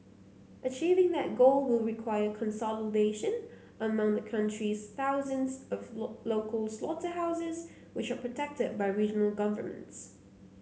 achieving that goal will require consolidation among the country's thousands of local slaughterhouses which are protected by regional governments